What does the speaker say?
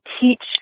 teach